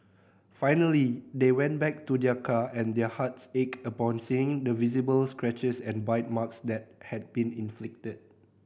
finally they went back to their car and their hearts ached upon seeing the visible scratches and bite marks that had been inflicted